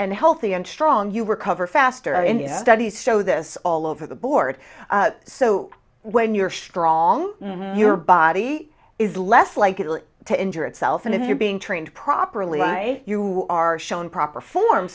and healthy and strong you recover faster in the studies show this all over the board so when you're strong your body is less likely to injure itself and if you're being trained properly you are shown proper form